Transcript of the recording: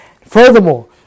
Furthermore